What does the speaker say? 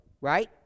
right